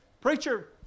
Preacher